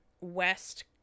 west